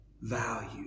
value